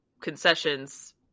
concessions